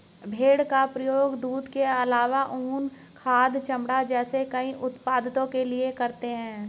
भेड़ का प्रयोग दूध के आलावा ऊन, खाद, चमड़ा जैसे कई उत्पादों के लिए करते है